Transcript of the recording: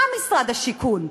מה משרד הבינוי והשיכון,